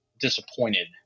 disappointed